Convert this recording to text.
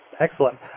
Excellent